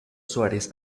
suárez